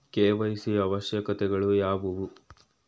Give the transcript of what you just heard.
KYC ಅವಶ್ಯಕತೆಗಳು ಯಾವುವು?